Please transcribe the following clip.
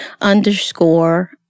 underscore